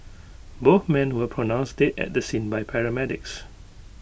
both men were pronounced dead at the scene by paramedics